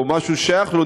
או מה ששייך לו,